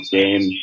game